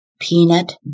Peanut